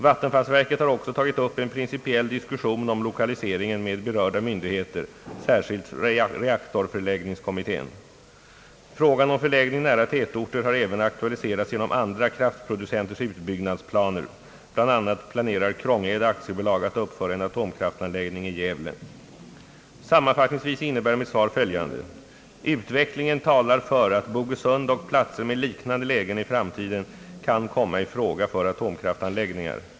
Vattenfallsverket har också tagit upp en principiell diskussion om lokaliseringen med berörda myndigheter, särskilt reaktorförläggningskommittén. Frågan om förläggning nära tätorter har även aktualiserats genom andra kraftproducenters utbyggnadsplaner. BI. a. pianerar Krångede AB att uppföra en atomkraftanläggning i Gävle. Sammanfattningsvis innebär mitt svar följande. Utvecklingen talar för att Bogesund och platser med liknande lägen i framtiden kan komma i fråga för atomkraftanläggningar.